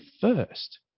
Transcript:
first